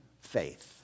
faith